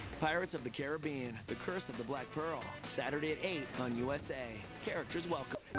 pirates of the caribbean the curse of the black pearl. saturday at eight, on usa. characters welcome.